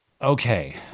Okay